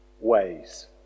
ways